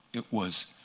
it was